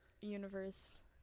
universe